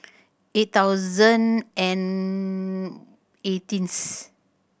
eight thousand and eighteenth